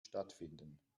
stattfinden